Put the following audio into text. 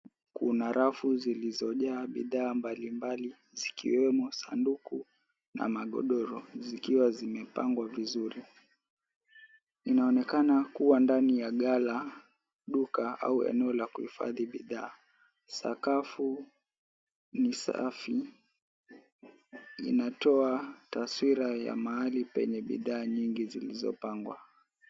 Kuna rafu zilizojaa bidhaa mbalimbali zikiwemo sanduku na magodoro zikiwa zimepangwa vizuri. Inaonekana kuwa ndani ya gala , duka au eneo la kuhifadhi bidhaa. Sakafu ni safi inatoa taswira ya mahali penye bidhaa nyingi zilizopangwa.